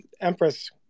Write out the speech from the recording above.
Empress